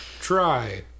Try